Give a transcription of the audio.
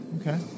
Okay